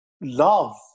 love